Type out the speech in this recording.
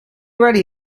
ready